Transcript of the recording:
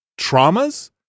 traumas